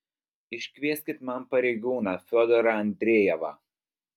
iškvieskit man pareigūną fiodorą andrejevą